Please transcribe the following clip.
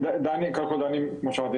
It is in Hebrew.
קודם כל דני כמו שאמרתי,